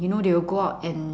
you know they will go out and